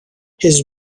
his